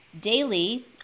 Daily